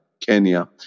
Kenya